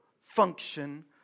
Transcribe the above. function